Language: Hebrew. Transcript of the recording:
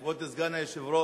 כבוד סגן היושב-ראש,